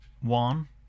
one